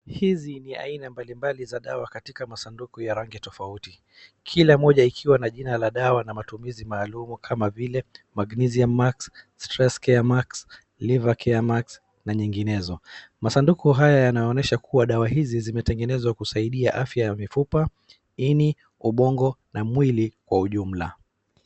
Hizi ni aina mbalimbali za dawa katika masanduku ya rangi tofauti, kila moja ikiwa na jina ya dawa na matumizi maalumu kama vile magnesium max. stress care max, liver care max na nyinginezo. Masanduku haya yanaonyesha kuwa dawa hizi zimetengenezwa kusaidia afya ya mifupa, ini, ubongo, na mwili kwa ujumla.